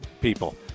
people